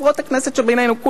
חברות הכנסת שבינינו,